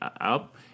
up